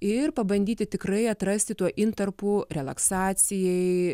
ir pabandyti tikrai atrasti tuo intarpu relaksacijai